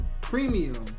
premium